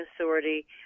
Authority